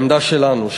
3. העמדה שלנו,